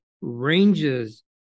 ranges